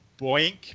Boink